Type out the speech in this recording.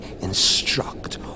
instruct